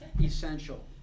essential